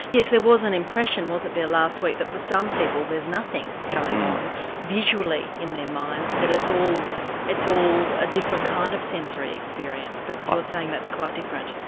yes, there was an impression wasn't there last week that for some people there's nothing going on visually in their minds, that it's all it's all a different kind of sensory experience. but you're saying that's quite different.